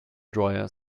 dryer